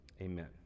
amen